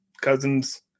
cousins